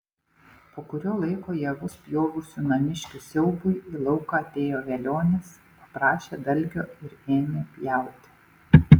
po kurio laiko javus pjovusių namiškių siaubui į lauką atėjo velionis paprašė dalgio ir ėmė pjauti